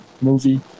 movie